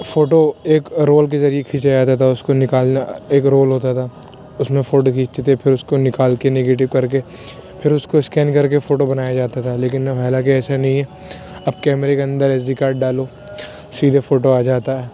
photo ایک roll کے ذریعے کھیچا جاتا تھا اس کو نکالنا ایک رول ہوتا تھا اس میں فوٹو کھینچتے تھے پھر اس کو نکال کے نگیٹو کر کے پھر اس کو اسکین کرکے فوٹو بنایا جاتا تھا لیکن اب حالانکہ ایسا نہیں ہے اب کیمرے کے اندر ایس ڈی کارڈ ڈالو سیدھے فوٹو آ جاتا ہے